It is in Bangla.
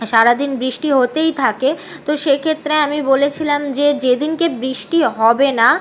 সারা দিন বৃষ্টি হতেই থাকে তো সেই ক্ষেত্রে আমি বলেছিলাম যে যেদিনকে বৃষ্টি হবে না